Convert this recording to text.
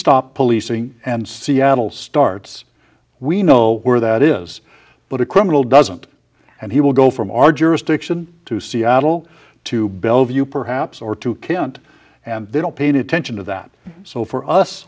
stop policing and seattle starts we know where that is but a criminal doesn't and he will go from our jurisdiction to seattle to bellevue perhaps or to kent and they don't pay any attention to that so for us